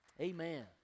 Amen